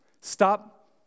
stop